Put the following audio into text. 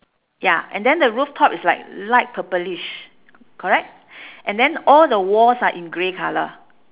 ya and then the rooftop is like light purplish correct and then all the walls are in grey colour